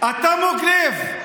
אתה מוג לב.